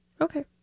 okay